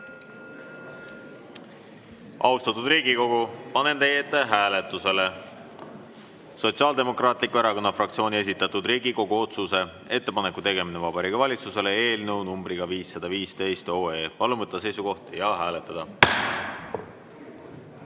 Austatud Riigikogu, panen teie ette hääletusele Sotsiaaldemokraatliku Erakonna fraktsiooni esitatud Riigikogu otsuse "Ettepaneku tegemine Vabariigi Valitsusele" eelnõu 515. Palun võtta seisukoht ja hääletada!